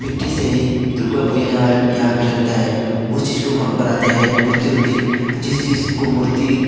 मिट्टी से ही दुर्गा पूजा जहाँ यहाँ पर लगता है उस चीज़ को बनाते हैं मूर्ति उर्ती जिस चीज़ को मूर्ति